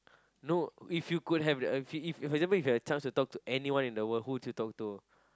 no if you could have the if for example you have a chance to talk to anyone in the world who would you talk to